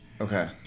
okay